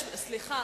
חברים, סליחה.